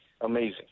amazing